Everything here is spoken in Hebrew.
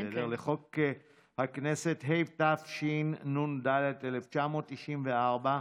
לחוק הכנסת, התשנ"ד 1994,